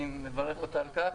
אני מברך אותה על כך